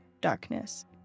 Darkness